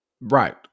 Right